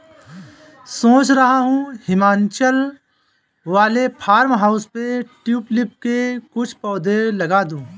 सोच रहा हूं हिमाचल वाले फार्म हाउस पे ट्यूलिप के कुछ पौधे लगा दूं